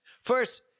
First